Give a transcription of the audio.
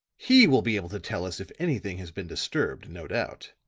he will be able to tell us if anything has been disturbed, no doubt,